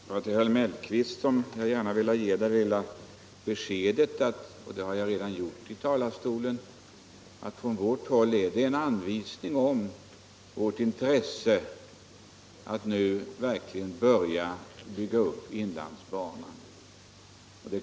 Herr talman! Till herr Mellqvist skulle jag gärna vilja ge det lilla beskedet — och jag har redan lämnat det här ifrån talarstolen — dessa pengar är en anvisning om vårt intresse för att nu verkligen börja rusta upp inlandsbanan.